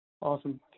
Awesome